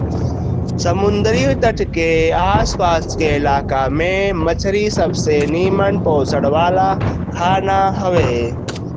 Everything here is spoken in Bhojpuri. समुंदरी तट के आस पास के इलाका में मछरी सबसे निमन पोषण वाला खाना हवे